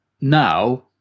now